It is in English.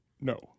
No